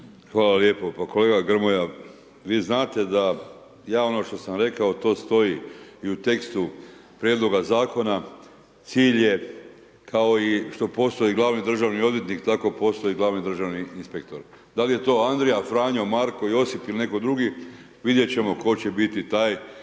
Hvala lijepo. Pa kolega Grmoja, vi znate da ja ono što sam rekao, to stoji i u tekstu prijedloga zakona, cilj je kao i 100% i Glavni državni odvjetnik, tako postoji i Glavni državni inspektor. Da li je to Andrija, Franjo, Marko, Josip ili netko drugi, vidjeti ćemo tko će biti taj, vi ste kao